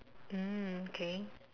mm okay